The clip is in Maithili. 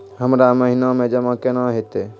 हमरा महिना मे जमा केना हेतै?